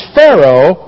Pharaoh